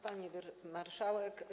Pani Marszałek!